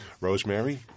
Rosemary